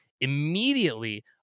Immediately